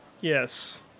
Yes